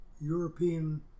European